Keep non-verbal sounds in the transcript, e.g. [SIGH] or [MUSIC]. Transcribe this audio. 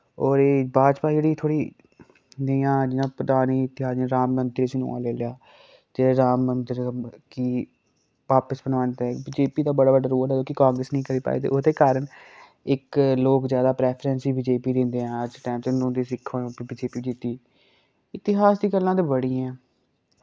और एह् भाजपा जेह्ड़ी थोह्ड़ी जियां जियां पदाने [UNINTELLIGIBLE] राम कृश्ण कोला ले लेआ ते राम मन्दर कि बापस बनवाने ताईं बी जे पी दा बड़ा बड्डा रोल ऐ जो कि कांग्रेस निं करी पाई ते ओह्दे कारण इक लोक जैदा प्रैफरैंस ही बी जे पी गी दिंदे ऐं अज दे टैम च हून तुसी दिक्खो बी जे पी जित्ती इतिहीस दी गल्लां ते बड़ियां ऐं